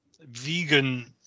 vegan